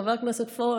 חבר הכנסת פורר,